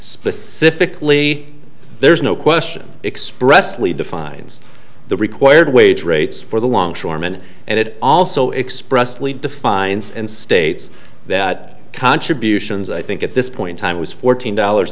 specifically there's no question expressly defines the required wage rates for the longshoreman and it also expressed lead to fines and states that contributions i think at this point time was fourteen dollars